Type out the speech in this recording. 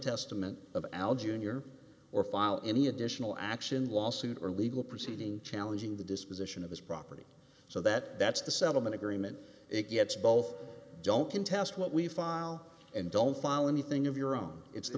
testament of al jr or file any additional action lawsuit or legal proceeding challenging the disposition of his property so that that's the settlement agreement it gets both don't contest what we file and don't file anything of your own it's the